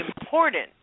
important